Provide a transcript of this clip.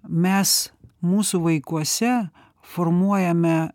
mes mūsų vaikuose formuojame